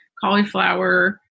cauliflower